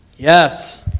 Yes